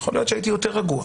יכול להיות שהייתי יותר רגוע.